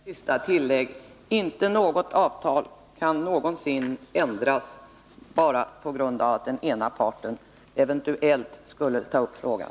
Fru talman! Får jag göra ett kort sista tillägg: Inte något avtal kan någonsin ändras bara på grund av att den ena parten eventuellt tar upp frågan.